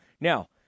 Now